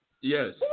Yes